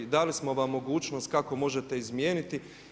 Dali smo vam mogućnost kako možete izmijeniti.